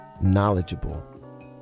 knowledgeable